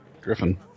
Griffin